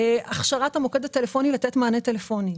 הכשרת המוקד הטלפוני לתת מענה טלפוני,